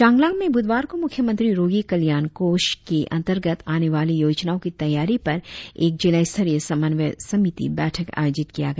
चांगलांग में ब्रधवार को मुख्यमंत्री रोगी कल्याण कोष M M R K K K अंतर्गत आने वाली योजनाओं की तैयारी पर एक जिला स्तरीय समन्वय समिति बैठक आयोजित किया गया